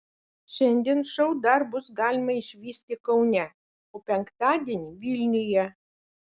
šiandien šou dar bus galima išvysti kaune o penktadienį vilniuje